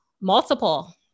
multiple